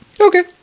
Okay